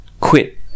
quit